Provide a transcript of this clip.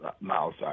Miles